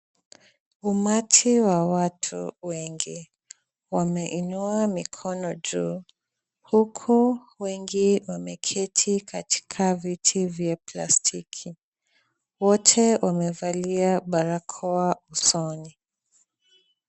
Umati wa watu wengi wameinua mikono juu huku wengi wameketi katika viti vya plastiki. Wote wamevalia barakoa usoni.